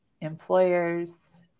employers